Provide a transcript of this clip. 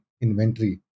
inventory